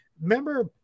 remember